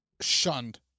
shunned